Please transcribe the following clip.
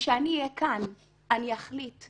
וכשאני אהיה כאן, אני אחליט.